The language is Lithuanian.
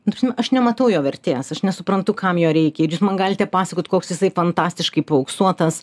ta prasme aš nematau jo vertės aš nesuprantu kam jo reikia ir jūs man galite papasakot koks jisai fantastiškai paauksuotas